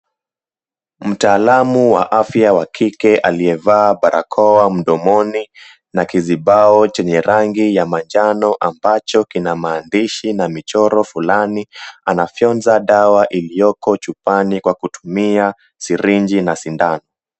Mtaalamu wa afya wa kike aliyevaa barakoa mdomoni na kizibao chenye rangi ya manjano ambacho kina maandishi na michoro fulani, anafyonza dawa iliyoko chupani kwa kutumia sirinji na sindano.